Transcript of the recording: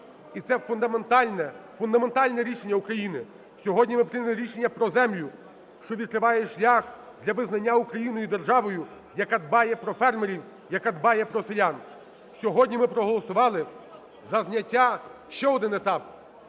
фундаментальне рішення України. Сьогодні ми прийняли рішення про землю, що відкриває шлях для визнання України державою, яка дбає про фермерів, яка дбає про селян. Сьогодні ми проголосували за зняття, ще один етап,